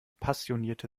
passionierte